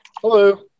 hello